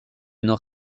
nord